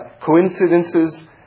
coincidences